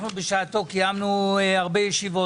היו כמה בקשות,